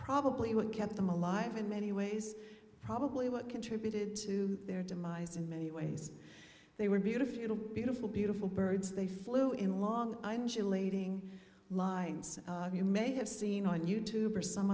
probably what kept them alive in many ways probably what contributed to their demise in many ways they were beautiful beautiful beautiful beautiful birds they flew in long island chelating lines you may have seen on you tube or some